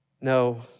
no